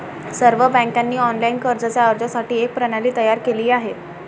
सर्व बँकांनी ऑनलाइन कर्जाच्या अर्जासाठी एक प्रणाली तयार केली आहे